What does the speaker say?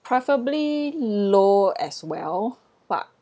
preferably low as well but